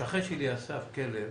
השכן שלי אסף כלב